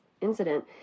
incident